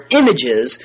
images